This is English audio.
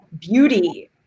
beauty